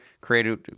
created